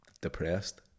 depressed